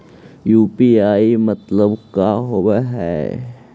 UPI मतलब का होब हइ?